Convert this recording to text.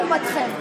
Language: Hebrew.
לעומתכם,